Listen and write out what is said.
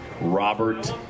Robert